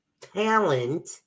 talent